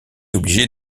obligée